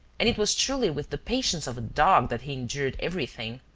and it was truly with the patience of a dog that he endured everything,